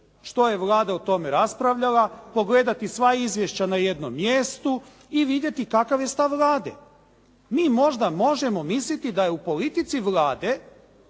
što je Vlada o tome raspravljala pogledati sva izvješća na jednom mjestu i vidjeti kakav je stav Vlade. Mi možda možemo misliti da je u politici Vlade